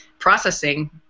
processing